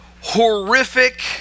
horrific